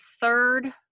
third